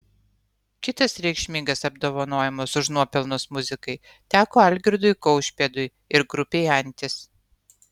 kitas reikšmingas apdovanojimas už nuopelnus muzikai teko algirdui kaušpėdui ir grupei antis